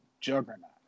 juggernaut